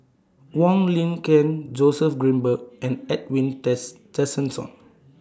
Wong Lin Ken Joseph Grimberg and Edwin Tessensohn